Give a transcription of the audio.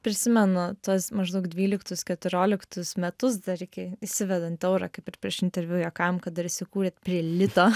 prisimenu tuos maždaug dvyliktus keturioliktus metus dar iki įsivedant eurą kaip ir prieš interviu juokavom kad dar įsikūrėt prie lito